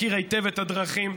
מכיר היטב את הדרכים.